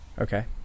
okay